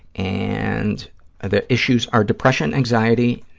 and their issues are depression, anxiety,